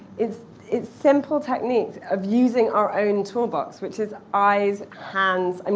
it's it's simple techniques of using our own toolbox, which is eyes, hands. um